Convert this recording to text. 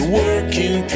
working